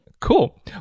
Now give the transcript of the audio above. Cool